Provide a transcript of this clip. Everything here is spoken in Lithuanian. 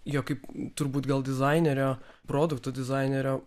jo kaip turbūt gal dizainerio produktų dizainerio